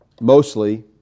mostly